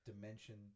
Dimension